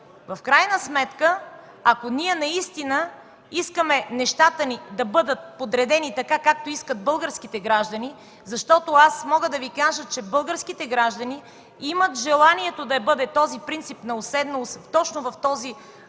В крайна сметка, ако наистина искаме нещата ни да бъдат подредени, както искат българските граждани – мога да Ви кажа, че българските граждани имат желанието да бъде този принцип на уседналост точно в този